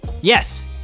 Yes